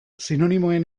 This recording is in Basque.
sinonimoen